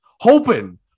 Hoping